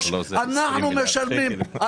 אנחנו משלמים.